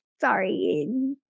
sorry